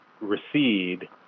recede